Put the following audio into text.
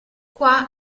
qua